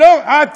מה הבעיה?